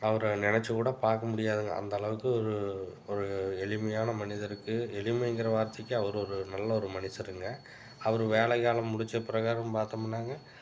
அவர நினச்சி கூட பார்க்க முடியாதுங்க அந்த அளவுக்கு ஒரு ஒரு எளிமையான மனிதருக்கு எளிமைங்கிற வார்த்தைக்கு அவர் ஒரு நல்ல ஒரு மனுஷருங்க அவரு வேலை காலம் முடிச்சபிரகாரமும் பார்த்தமுன்னாங்க